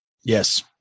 Yes